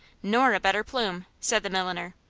nor a better plume, said the milliner.